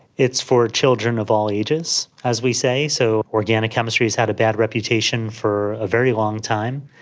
it's for children of all ages, as we say, so organic chemistry has had a bad reputation for a very long time,